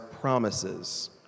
promises